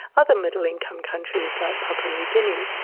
other middle income countries like papua new guinea,